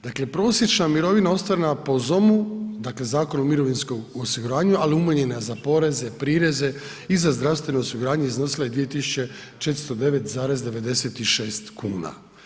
Dakle prosječna mirovina ostvarena prema ZOM-u, dakle Zakonu o mirovinskom osiguranju, ali umanjena za poreze, prireze i za zdravstveno osiguranje iznosila je 2.409,96 kuna.